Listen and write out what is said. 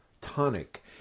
tonic